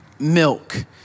milk